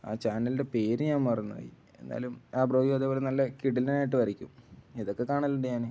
ആ ചാനലിൻ്റെ പേരു ഞാന് മറന്നുപോയി എന്നാലും ആ ബ്രോയും അതേപോലെ നല്ല കിടിലനായിട്ടു വരയ്ക്കും ഇതൊക്കെ കാണലുണ്ടു ഞാന്